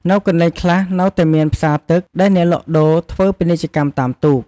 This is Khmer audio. នៅកន្លែងខ្លះ នៅតែមានផ្សារទឹក ដែលអ្នកលក់ដូរធ្វើពាណិជ្ជកម្មតាមទូក។